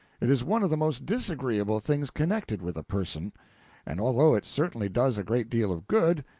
it is one of the most disagreeable things connected with a person and although it certainly does a great deal of good,